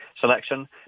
selection